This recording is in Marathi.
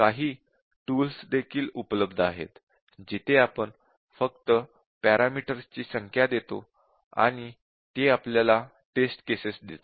काही टूल्स देखील उपलब्ध आहेत जिथे आपण फक्त पॅरामीटर्सची संख्या देतो आणि ते आपल्याला टेस्ट केसेस देतात